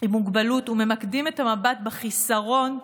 עם מוגבלות וממקדים את המבט בחיסרון,